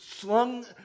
slung